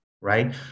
right